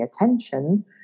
attention